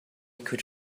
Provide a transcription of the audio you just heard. could